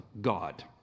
God